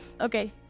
Okay